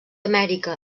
amèrica